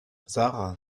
sarah